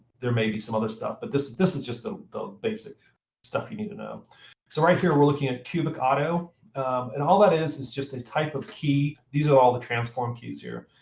there may be some other stuff. but this is this is just ah the basic stuff you need to know so right here we're looking at cubic auto and all that is is just a type of key. these are all the transform keys here.